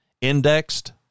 indexed